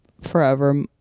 forever